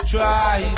Try